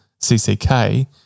CCK